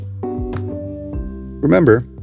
Remember